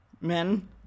Men